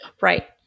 Right